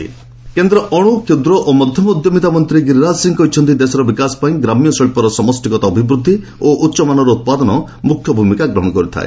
Giriraj MSME କେନ୍ଦ୍ର ଅଣୁ କ୍ଷୁଦ୍ର ଓ ମଧ୍ୟମ ଉଦ୍ୟମିତା ମନ୍ତ୍ରୀ ଗିରିରାଜ ସିଂହ କହିଛନ୍ତି ଦେଶର ବିକାଶ ପାଇଁ ଗ୍ରାମ୍ୟ ଶିଳ୍ପର ସମଷ୍ଟିଗତ ଅଭିବୃଦ୍ଧି ଓ ଉଚ୍ଚମାନର ଉତ୍ପାଦନ ମୁଖ୍ୟ ଭୂମିକା ଗ୍ରହଣ କରିଥାଏ